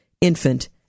infant